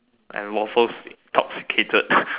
I am waffles toxicated